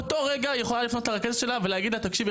באותו רגע היא יכולה לפנות לרכזת שלה ולהגיד לה "תקשיבי,